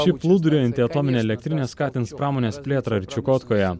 ši plūduriuojanti atominė elektrinė skatins pramonės plėtrą ir čiukotkoje